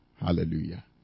Hallelujah